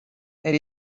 elle